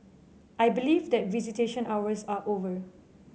I believe that visitation hours are over